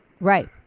Right